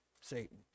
Satan